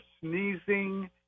sneezing